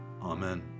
Amen